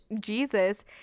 Jesus